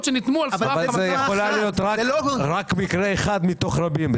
שניתנו על סמך המצב --- אבל זה יכול להיות רק מקרה אחד מתוך רבים,